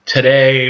Today